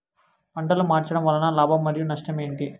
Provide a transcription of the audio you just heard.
పంటలు మార్చడం వలన లాభం మరియు నష్టం ఏంటి